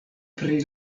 pri